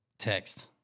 Text